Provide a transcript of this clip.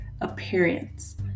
appearance